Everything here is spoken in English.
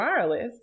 Wireless